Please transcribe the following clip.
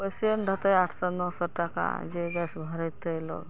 पैसे ने रहतै आठ सए नओ सए टाका जे गैस भड़ैतै लोग